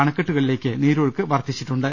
അണക്കെട്ടുകളിലേക്ക് നീരൊഴുക്ക് വർദ്ധിച്ചിട്ടുണ്ട്